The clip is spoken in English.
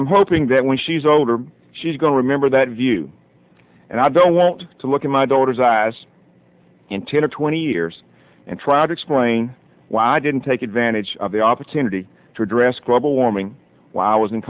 i'm hoping that when she's older she's going to remember that view and i don't want to look at my daughter's eyes in ten or twenty years and try to explain why i didn't take advantage of the opportunity to address global warming w